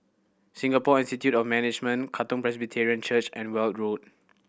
Singapore Institute of Management Katong Presbyterian Church and Weld Road